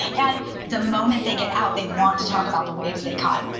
and the moment they get out they want to talk about the waves they caught.